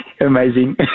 Amazing